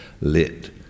lit